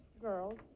girls